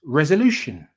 resolution